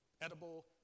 edible